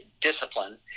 discipline